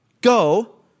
go